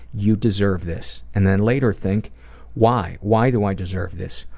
you deserve this and then later think why? why do i deserve this?